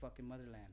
motherland